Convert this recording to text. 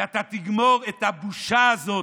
ואתה תגמור את הבושה הזאת.